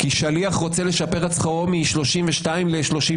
כי שליח רוצה לשפר את שכרו מ-32 ל-34